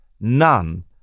None